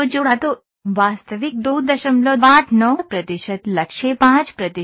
तो वास्तविक 289 प्रतिशत लक्ष्य 5 प्रतिशत था